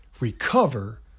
Recover